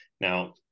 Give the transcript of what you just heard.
Now